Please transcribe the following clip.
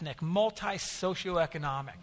multi-socioeconomic